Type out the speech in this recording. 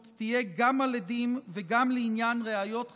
תהיה גם על עדים וגם לעניין ראיות חפציות.